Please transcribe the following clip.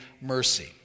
mercy